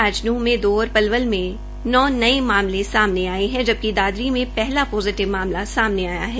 आज नूंह में दो और पलवल में नौ नये मामले सामने आये है जबकि दादरी के पहला पोजिटिव मामला सामने आया है